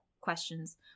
questions